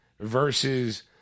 versus